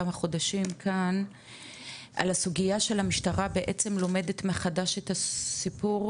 כמה חודשים כאן על הסוגייה של המשטרה בעצם לומדת מחדש את הסיפור,